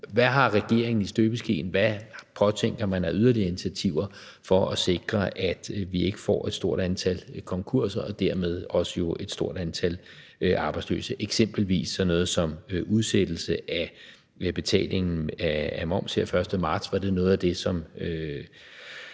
Hvad har regeringen i støbeskeen? Hvad påtænker man af yderligere initiativer for at sikre, at vi ikke får et stort antal konkurser og dermed jo også et stort antal arbejdsløse? Eksempelvis sådan noget som udsættelse af betalingen af moms her den 1. marts, var det noget af det, som